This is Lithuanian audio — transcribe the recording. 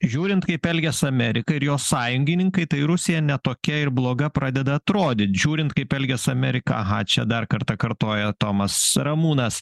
žiūrint kaip elgias amerika ir jo sąjungininkai tai rusija ne tokia ir bloga pradeda atrodyt žiūrint kaip elgias amerika aha čia dar kartą kartoja tomas ramūnas